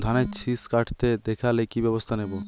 ধানের শিষ কাটতে দেখালে কি ব্যবস্থা নেব?